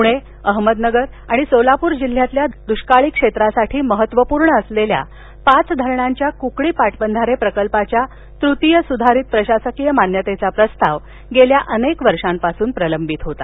पुणे अहमदनगर आणि सोलापूर जिल्ह्यातील दुष्काळी क्षेत्रासाठी महत्त्वपूर्ण असलेल्या पाच धरणांच्या क्कडी पाटबंधारे प्रकल्पाच्या तृतीय सुधारित प्रशासकीय मान्यतेचा प्रस्ताव गेल्या अनेक वर्षापासून प्रलंबित होता